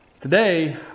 Today